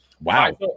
wow